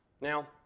Now